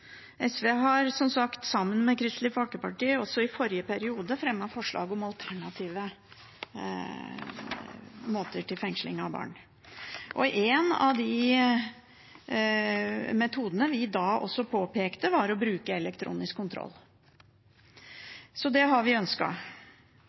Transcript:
SV har, som sagt, sammen med Kristelig Folkeparti, også i forrige periode, fremmet forslag om alternativer til fengsling av barn. En av de metodene, som vi også påpekte da, er å bruke elektronisk kontroll.